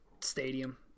stadium